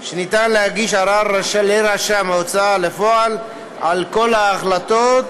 שאפשר להגיש ערר לרשם ההוצאה לפועל על כל ההחלטות